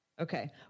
Okay